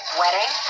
wedding